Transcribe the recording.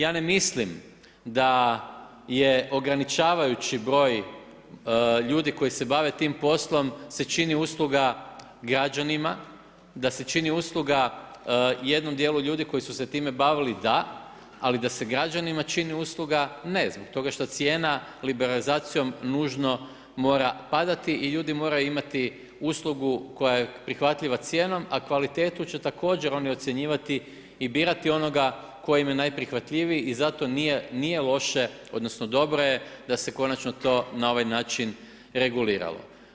Ja ne mislim da je ograničavajući broj ljudi koji se bave poslom se čini usluga građanima, da se čini usluga jednom djelu ljudi koji se time bavili, da, ali da se građanima čini usluga ne, zbog toga što cijena liberalizacijom nužno mora padati i ljudi moraju imati uslugu koja je prihvatljiva cijenom a kvalitetu će također oni ocjenjivati i birati onoga koji im je najprihvatljiviji i zato nije loše odnosno dobro je da se konačno to na ovaj način reguliralo.